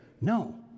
no